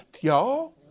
y'all